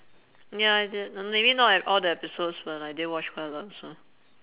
ya I did mm maybe not e~ all the episodes but I didn't watch quite a lot so